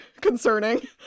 concerning